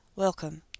Welcome